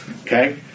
Okay